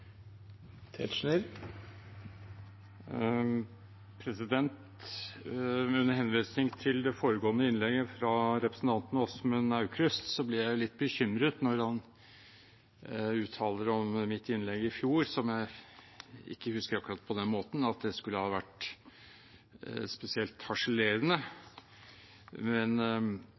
Åsmund Aukrust blir jeg litt bekymret når han uttaler om mitt innlegg i fjor, som jeg ikke husker akkurat på den måten, at det skal ha vært spesielt harselerende. Men